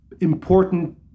important